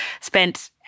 spent